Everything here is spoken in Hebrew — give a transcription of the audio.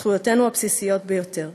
את זכויותינו הבסיסיות ביותר.